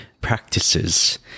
practices